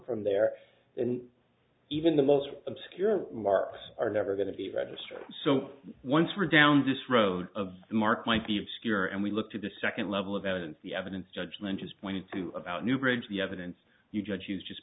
from there and even the most obscure marks are never going to be registered so once we're down this road of mark might be obscure and we looked at the second level of evidence the evidence judgment has pointed to about a new bridge the evidence you judge you just